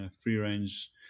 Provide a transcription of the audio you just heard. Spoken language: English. free-range